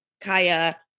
Kaya